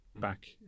back